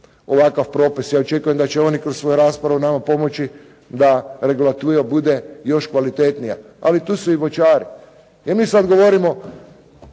ovakav propis, ja očekujem da će oni kroz svoju raspravu nama pomoći da regulativa bude još kvalitetnija. Ali tu su i voćari. I mi sad govorimo